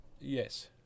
Yes